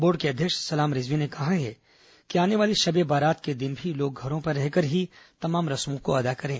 board के अध्यक्ष सलाम रिजवी ने कहा है कि आने वाली शबे बारात में भी लोग घरों पर रहकर ही तमाम रस्मों को अदा करें